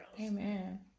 Amen